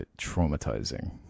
traumatizing